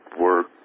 work